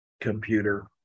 computer